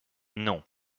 non